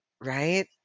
right